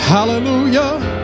Hallelujah